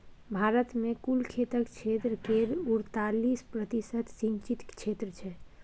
भारत मे कुल खेतक क्षेत्र केर अड़तालीस प्रतिशत सिंचित क्षेत्र छै